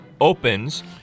opens